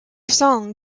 song